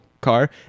car